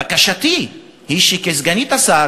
בקשתי היא שכסגנית השר,